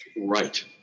Right